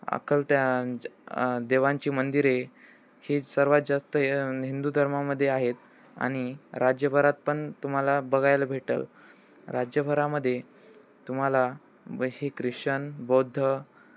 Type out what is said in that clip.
अकल त्या देवांची मंदिरे ही सर्वात जास्त हिंदू धर्मामध्ये आहेत आणि राज्यभरात पण तुम्हाला बघायला भेटल राज्यभरामध्ये तुम्हाला हे ख्रिश्चन बौद्ध